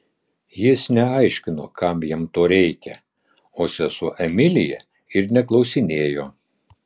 jis neaiškino kam jam to reikia o sesuo emilija ir neklausinėjo